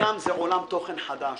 הים זה עולם תוכן חדש,